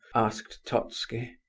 asked totski.